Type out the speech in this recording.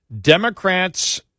Democrats